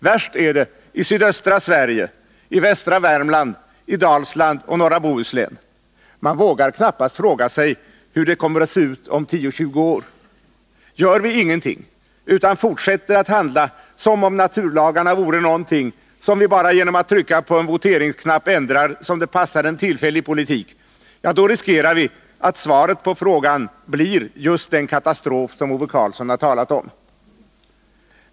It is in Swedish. Värst är det i sydöstra Sverige, i västra Värmland, i Dalsland och i norra Bohuslän. Man vågar knappast fråga sig hur det kommer att se ut om 10-20 år. Gör vi ingenting, utan fortsätter att handla som om naturlagarna vore någonting som vi bara genom att trycka på en voteringsknapp kunde ändra som det passar en tillfällig politik, då riskerar vi att svaret på frågan blir just den katastrof som Ove Karlsson har talat om.